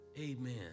Amen